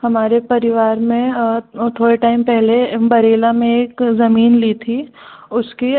हमारे परिवार में थोड़े टाइम पहले बरेला में एक ज़मीन ली थी उसकी